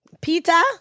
Pizza